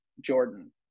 Jordan